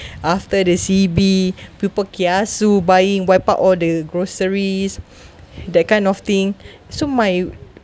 after the C_B people kiasu buying wipe out all the groceries that kind of thing so my